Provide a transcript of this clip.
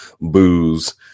booze